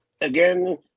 again